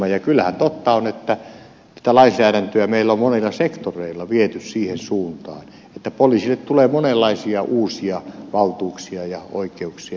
kyllähän totta on että lainsäädäntöä meillä on monilla sektoreilla viety siihen suuntaan että poliisille tulee monenlaisia uusia valtuuksia ja oikeuksia